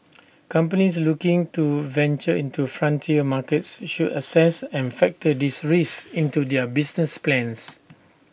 companies looking to venture into frontier markets should assess and factor these risks into their business plans